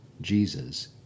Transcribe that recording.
jesus